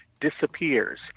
disappears